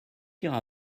ira